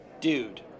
Dude